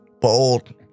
bold